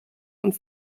und